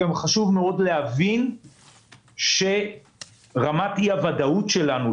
גם חשוב מאוד להבין שרמת אי-הוודאות שלנו,